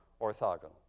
orthogonal